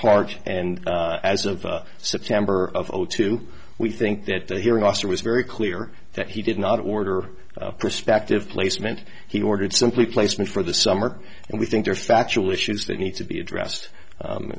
large and as of september of zero two we think that the hearing officer was very clear that he did not order prospective placement he ordered simply placement for the summer and we think there are factual issues that need to be addressed